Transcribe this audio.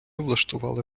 влаштували